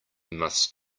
must